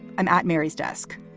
i'm at mary's desk.